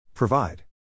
Provide